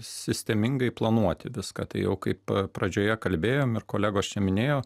sistemingai planuoti viską tai jau kaip pradžioje kalbėjom ir kolegos čia minėjo